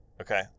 Okay